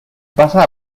pasa